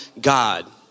God